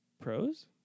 Pros